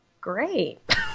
great